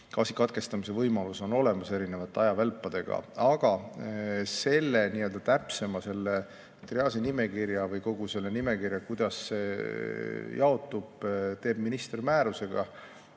katkestamise võimalus on olemas, erinevate ajavälpadega. Aga täpsema triaažinimekirja või kogu selle nimekirja, kuidas see jaotub, teeb minister määrusega.